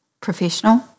professional